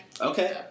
Okay